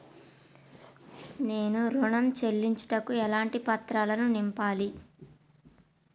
నేను ఋణం చెల్లించుటకు ఎలాంటి పత్రాలను నింపాలి?